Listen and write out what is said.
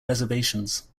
reservations